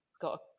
got